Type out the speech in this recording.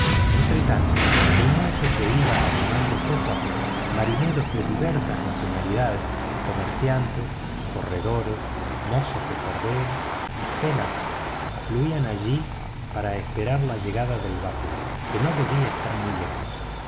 oficio entretanto el muelle se iba animando poco a poco marineros de diversas nacionalidades comerciantes corredores mozos de cordel y fellahs afluían allí para esperar la llegada del vapor que no debía estar muy lejos